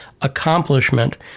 accomplishment